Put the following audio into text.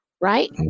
right